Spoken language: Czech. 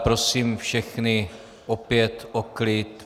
Prosím všechny opět o klid.